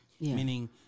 Meaning